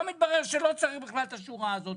שלא צריך בכלל את השורה הזאת.